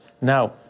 Now